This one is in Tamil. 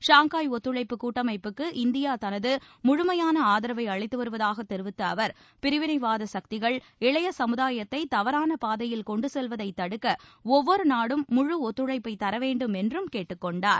ஷாங்காய் ஒத்துழைப்பு கூட்டமைப்புக்கு இந்தியா தனது முழுமையான ஆதரவை அளித்து வருவதாக தெரிவித்த அவர் பிரிவினைவாத சக்திகள் இளைய சமுதாயத்தை தவறான பாதையில் கொண்டு செல்வதை தடுக்க ஒவ்வொரு நாடும் முழு ஒத்துழைப்பை தரவேண்டும் என்றும் கேட்டுக்கொண்டார்